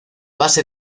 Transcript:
base